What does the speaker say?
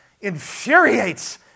infuriates